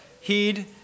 heed